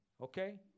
Okay